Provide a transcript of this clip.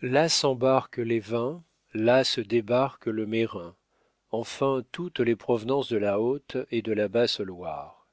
là s'embarquent les vins là se débarque le merrain enfin toutes les provenances de la haute et de la basse loire